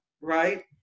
right